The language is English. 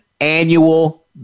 annual